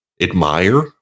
admire